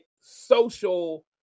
social